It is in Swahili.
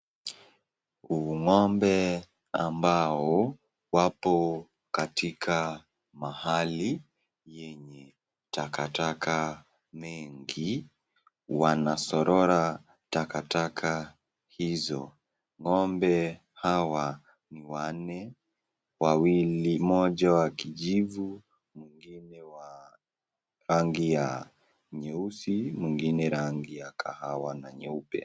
ng'ombe ambao wapo katika mahali yenye takataka mingi, wanasorora takataka hizo. Ng'ombe hawa ni wanne. Wawili moja wa kijivu mwingine rangi ya nyeusi mwingine rangi ya kahawa na nyeupe.